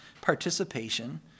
participation